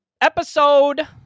Episode